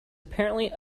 apparently